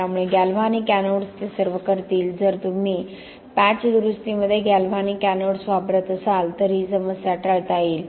त्यामुळे galvanic anodes ते सर्व करतील जर तुम्ही पॅच दुरुस्तीमध्ये गॅल्व्हॅनिक एनोड्स वापरत असाल तर ही समस्या टाळता येईल